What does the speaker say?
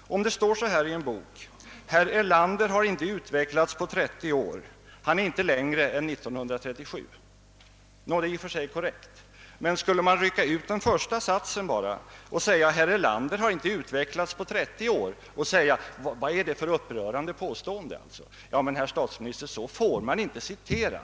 Om det står i en bok: »Herr Erlander har inte utvecklats på 30 år. Han är inte längre nu än 1937» — så är det i och för sig korrekt. Men det är en annan sak att rycka ut den första satsen: »Herr Erlander har inte utvecklats på 30 år». Då skulle man säga: » Vad är det för ett upprörande påstående?» Herr statsminister, så får man inte citera!